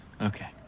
Okay